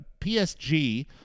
PSG